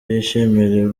yishimira